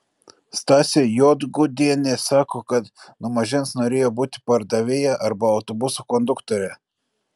stasė juodgudienė sako kad nuo mažens norėjo būti pardavėja arba autobuso konduktore